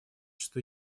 что